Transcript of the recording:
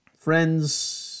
friends